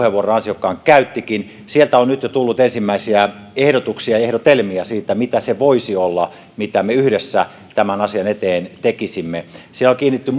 jo ansiokkaan puheenvuoron käyttikin sieltä on nyt jo tullut ensimmäisiä ehdotuksia ja ehdotelmia siitä mitä se voisi olla mitä me yhdessä tämän asian eteen tekisimme siinä on kiinnitetty